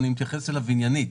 ואני מתייחס אליו עניינית.